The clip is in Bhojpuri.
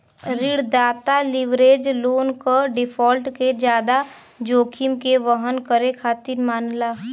ऋणदाता लीवरेज लोन क डिफ़ॉल्ट के जादा जोखिम के वहन करे खातिर मानला